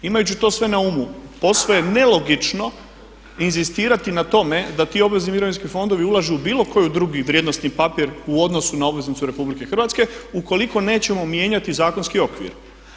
Imajući to sve na umu, posve je nelogično inzistirati na tome da ti obvezni mirovinski fondovi ulažu u bilo koji drugi vrijednosni papir u odnosu na obveznicu RH ukoliko nećemo mijenjati zakonski okvir.